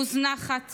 מוזנחת